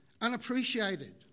Unappreciated